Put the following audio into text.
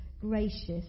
gracious